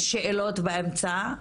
משאלות באמצע,